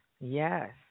yes